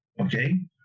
Okay